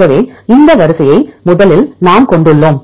ஆகவே இந்த வரிசையை முதலில் நாம் கொண்டுள்ளோம்